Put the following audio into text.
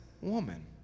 woman